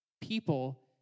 people